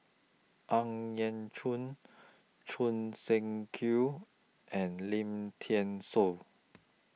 Ang Yau Choon Choon Seng Quee and Lim Thean Soo